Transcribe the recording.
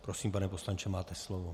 Prosím, pane poslanče, máte slovo.